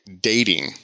dating